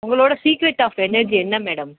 உங்களோட secret of energy என்ன madam